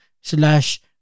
slash